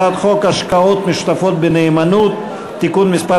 7); הצעת חוק השקעות משותפות בנאמנות (תיקון מס'